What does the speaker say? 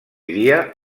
dia